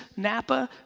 napa,